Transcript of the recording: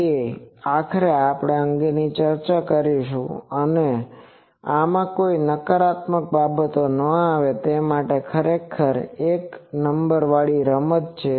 તે ખરેખર આપણે આ અંગેની ચર્ચા કરી રહ્યા હતા તેમણે કહ્યું હતું કે અમને કોઈ નકારાત્મક બાબતો ન આવે તે ખરેખર એક નંબરવાળી રમત છે